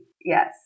yes